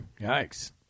Yikes